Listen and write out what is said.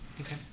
okay